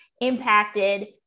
impacted